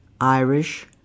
Irish